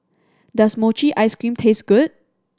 does mochi ice cream taste good